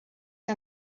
que